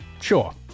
Sure